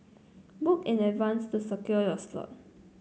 book in advance to secure your slot